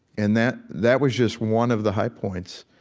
and that that was just one of the high points.